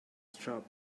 shop